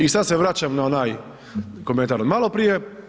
I sad se vraćam na onaj komentar od maloprije.